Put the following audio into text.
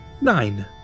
Nine